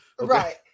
Right